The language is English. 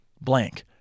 blank